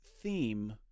theme